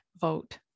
vote